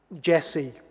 Jesse